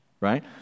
Right